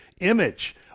image